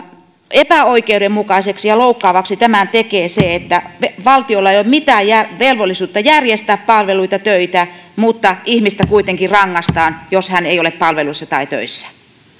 epäoikeudenmukaiseksi ja loukkaavaksi tämän tekee se että valtiolla ei ole mitään velvollisuutta järjestää palveluita tai töitä mutta ihmistä rangaistaan jos hän ei ole palveluissa tai töissä